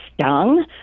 stung